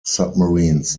submarines